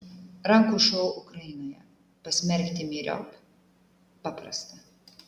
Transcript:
rankų šou ukrainoje pasmerkti myriop paprasta